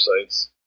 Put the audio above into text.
sites